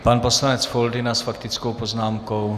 Pan poslanec Foldyna s faktickou poznámkou.